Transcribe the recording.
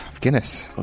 Guinness